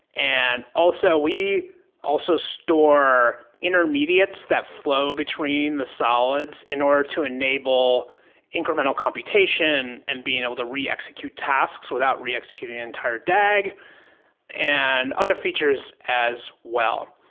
and also, we also store intermediates that flow between the solids in order to enable incremental computation and being able to re-execute tasks without re-executing an entire dag and other features as well.